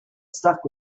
stuck